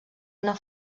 una